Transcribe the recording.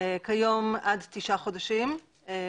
עד תשעה חודשים כיום,